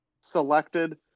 selected